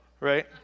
right